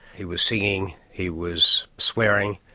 he was singing, he was swearing.